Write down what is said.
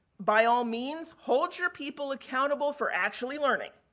by all means, hold your people accountable for actually learning.